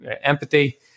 empathy